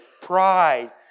pride